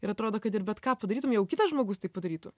ir atrodo kad bet ką padarytum jau kitas žmogus tai padarytų